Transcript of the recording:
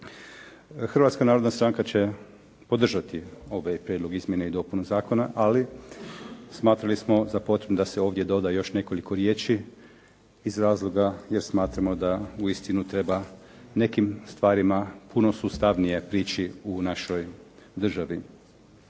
Hrvatska narodna stranka će podržati ovaj prijedlog izmjena i dopuna Zakona ali smatrali smo za potrebnim da se ovdje doda još nekoliko riječi iz razloga jer smatramo da uistinu treba nekim stvarima sustavnije prići u našoj državi.